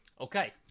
Okay